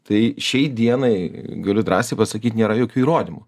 tai šiai dienai galiu drąsiai pasakyt nėra jokių įrodymų